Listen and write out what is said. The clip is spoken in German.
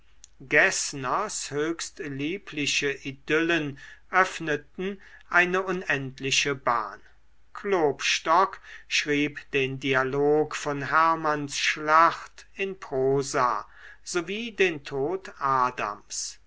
höchst liebliche idyllen öffneten eine unendliche bahn klopstock schrieb den dialog von hermanns schlacht in prosa sowie den tod adams